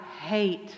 hate